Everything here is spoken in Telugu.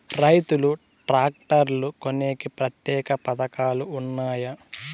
రైతులు ట్రాక్టర్లు కొనేకి ప్రత్యేక పథకాలు ఉన్నాయా?